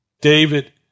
David